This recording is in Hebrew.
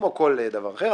כמו כל דבר אחר,